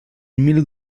mil